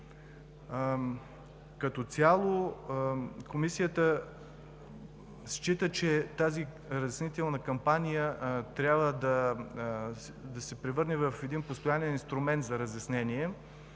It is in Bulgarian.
Като цяло Комисията счита, че тази разяснителна кампания трябва да се превърне в постоянен инструмент за разяснение.